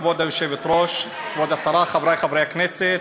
כבוד היושבת-ראש, כבוד השרה, חברי חברי הכנסת,